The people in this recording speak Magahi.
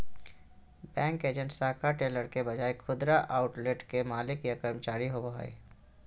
बैंक एजेंट शाखा टेलर के बजाय खुदरा आउटलेट के मालिक या कर्मचारी होवो हइ